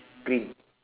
green